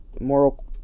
moral